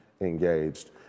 engaged